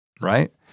right